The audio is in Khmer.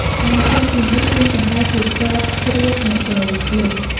ឯក្រុមគីង្គក់ ហ៊ីង កង្កែប ជាទ័ពស្រួចអ្នកចូលលុក។